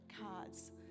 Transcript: cards